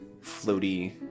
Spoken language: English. floaty